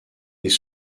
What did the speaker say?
des